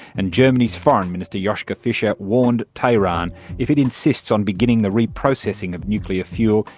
and germany's foreign minister, joshka fischer warned tehran if it insists on beginning the reprocessing of nuclear fuel,